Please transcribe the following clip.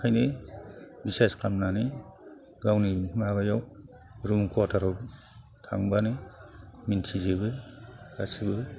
ओंखायनो बिसास खालामनानै गावनि माबायाव रुम कवाथाराव थांबानो मिथिजोबो गासिबो